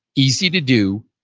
easy to do,